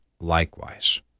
likewise